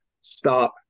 start